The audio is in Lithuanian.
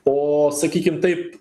o sakykime taip